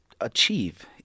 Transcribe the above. achieve